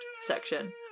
section